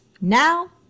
now